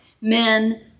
men